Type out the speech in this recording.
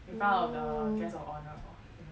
in front of the guest of honour lor